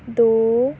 ਦੋ